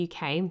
UK